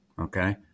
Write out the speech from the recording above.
okay